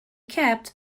kept